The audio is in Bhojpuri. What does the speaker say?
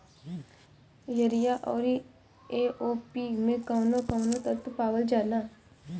यरिया औरी ए.ओ.पी मै कौवन कौवन तत्व पावल जाला?